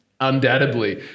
Undoubtedly